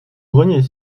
grenier